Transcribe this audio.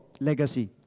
legacy